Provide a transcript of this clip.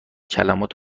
کلمات